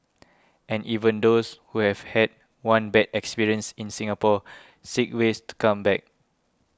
and even those who have had one bad experience in Singapore seek ways to come back